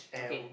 okay